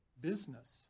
business